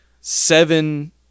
Seven